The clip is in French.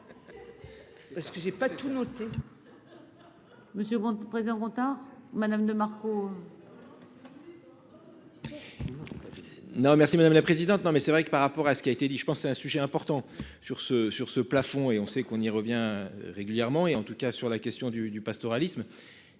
Parce que j'ai pas tout noté. Monsieur président retard madame de. Non. Merci madame la présidente. Non mais c'est vrai que par rapport à ce qui a été dit, je pense, c'est un sujet important sur ce sur ce plafond et on sait qu'on y revient régulièrement, et en tout cas sur la question du du pastoralisme.